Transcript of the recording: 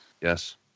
Yes